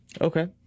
Okay